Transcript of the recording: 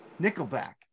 Nickelback